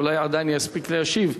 אולי עדיין יספיק להשיב.